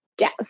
Yes